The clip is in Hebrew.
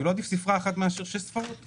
לא עדיף להגיד ספרה אחת מאשר שש ספרות?